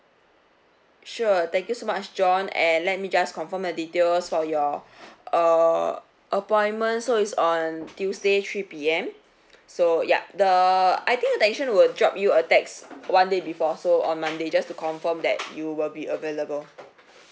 sure thank you so much john and let me just confirm a details for your err appointment so is on tuesday three P_M so ya the I think the technician will drop you a text one day before so on monday just to confirm that you will be available